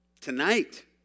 Tonight